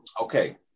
okay